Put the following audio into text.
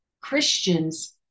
Christians